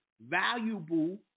valuable